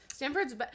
Stanford's